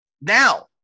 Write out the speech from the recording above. Now